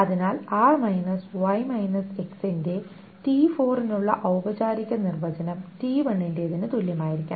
അതിനാൽ R - Y X ന്റെ t4 നുള്ള ഔപചാരിക നിർവചനം t1 ന്റെതിനു തുല്യമായിരിക്കണം